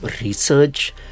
research